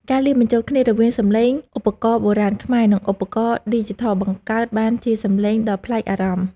ការលាយបញ្ចូលគ្នារវាងសំឡេងឧបករណ៍បុរាណខ្មែរ និង ឧបករណ៍ឌីជីថលបង្កើតបានជាសំឡេងដ៏ប្លែកអារម្មណ៍។